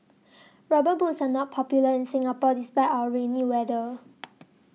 rubber boots are not popular in Singapore despite our rainy weather